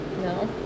No